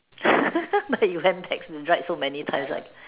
but you went back and ride so many times right